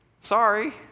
Sorry